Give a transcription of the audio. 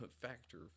factor